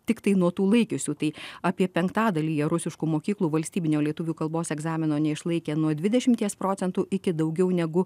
tiktai nuo tų laikiusių tai apie penktadalyje rusiškų mokyklų valstybinio lietuvių kalbos egzamino neišlaikė nuo dvidešimties procentų iki daugiau negu